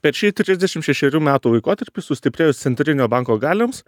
per šį trisdešim šešerių metų laikotarpį sustiprėjus centrinio banko galioms